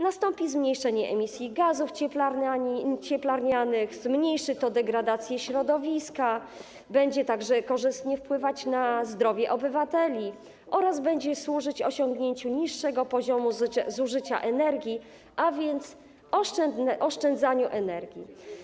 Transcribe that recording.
Nastąpi zmniejszenie emisji gazów cieplarnianych, zmniejszy to degradację środowiska, będzie także korzystnie wpływać na zdrowie obywateli oraz będzie służyć osiągnięciu niższego poziomu zużycia energii, a więc oszczędzaniu energii.